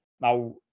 Now